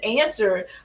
answer